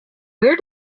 where